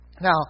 Now